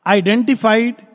identified